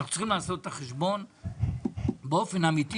אנחנו צריכים לעשות את החשבון באופן אמיתי